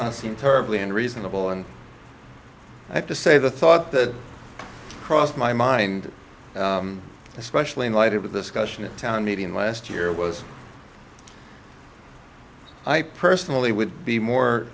not seem terribly and reasonable and i have to say the thought that crossed my mind especially in light of this question a town meeting last year was i personally would be more